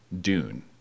Dune